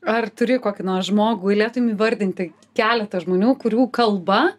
ar turi kokį nors žmogų galėtum įvardinti keletą žmonių kurių kalba